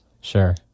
Sure